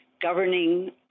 governing